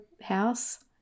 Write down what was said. house